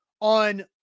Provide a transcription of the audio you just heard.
on